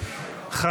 51